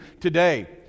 today